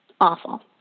awful